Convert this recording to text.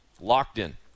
Locked-in